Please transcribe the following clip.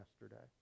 yesterday